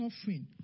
suffering